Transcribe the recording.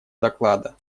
доклада